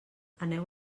aneu